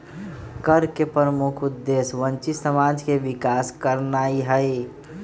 कर के प्रमुख उद्देश्य वंचित समाज के विकास करनाइ हइ